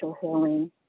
healing